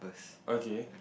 okay